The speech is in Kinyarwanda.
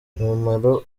umumaro